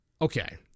Okay